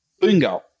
Bingo